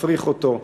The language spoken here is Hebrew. תפריך אותו.